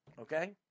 Okay